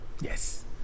Yes